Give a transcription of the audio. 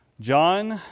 John